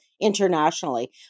internationally